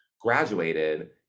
graduated